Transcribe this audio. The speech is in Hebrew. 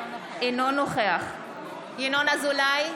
אינו נוכח ינון אזולאי,